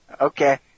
Okay